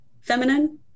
feminine